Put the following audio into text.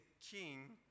king